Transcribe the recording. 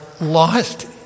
lost